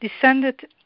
descended